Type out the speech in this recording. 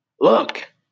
Look